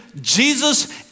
Jesus